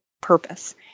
purpose